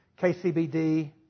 KCBD